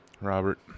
Robert